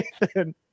Nathan